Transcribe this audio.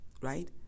right